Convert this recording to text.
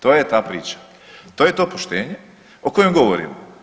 To je ta priča, to je to poštenje o kojem govorimo.